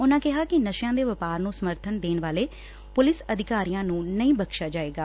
ਉਨੂਾਂ ਕਿਹਾ ਕਿ ਨਸ਼ਿਆਂ ਦੇ ਵਪਾਰ ਨੂੰ ਸਮਰਥਨ ਦੇਣ ਵਾਲੇ ਪੁਲਿਸ ਅਧਿਕਾਰੀਆ ਨੁੰ ਨਹੀਂ ਬਖਸਿਆ ਜਾਏਗਾ